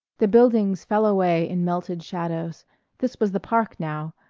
the buildings fell away in melted shadows this was the park now,